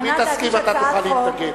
אם היא תסכים אתה תוכל להתנגד.